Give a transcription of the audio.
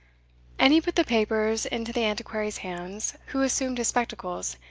and he put the papers into the antiquary's hands, who assumed his spectacles,